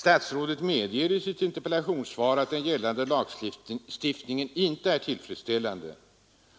Statsrådet medger i sitt interpellationssvar att den gällande lagstiftningen inte är tillfredsställande